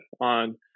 on